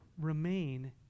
Remain